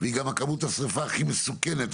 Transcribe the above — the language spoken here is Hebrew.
והיא גם כמות השריפה הכי מסוכנת,